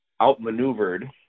outmaneuvered